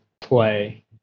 play